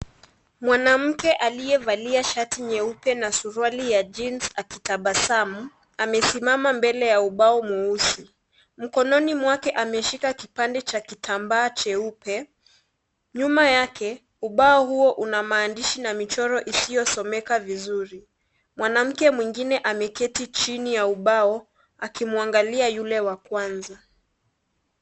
Mwanamke aliyevalia shati nyeupe na suruali ya jeans akitabasamu, amesimama mbele ya ubao mweusi, mkononi mwake ameshika kitambaa cheupe nyuma yake ubao huo unamaandishi na michoro isiyosomeka vizuri, mwanamke mwingine ameketi chini ya ubao akimwangalia yule wa kwanza.